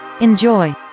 Enjoy